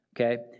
okay